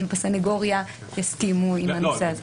ובסנגוריה הציבורית יסכימו עם הושא הזה.